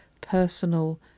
personal